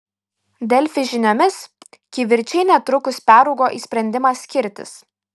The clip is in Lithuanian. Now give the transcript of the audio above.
delfi žiniomis kivirčai netrukus peraugo į sprendimą skirtis